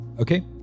Okay